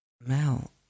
Mel